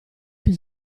più